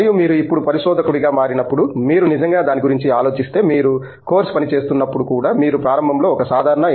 మరియు మీరు ఇప్పుడు పరిశోధకుడిగా మారినప్పుడు మీరు నిజంగా దాని గురించి ఆలోచిస్తే మీరు కోర్సు పని చేస్తున్నప్పుడు కూడా మీరు ప్రారంభంలో ఒక సాధారణ M